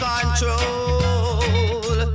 Control